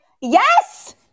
yes